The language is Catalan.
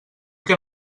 que